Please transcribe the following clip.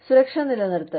സുരക്ഷ നിലനിർത്തൽ